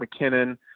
McKinnon